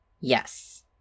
Yes